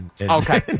Okay